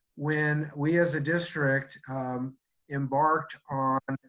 when we as a district um embarked on